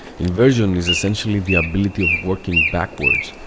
inversion is essentially the ability of working backwards.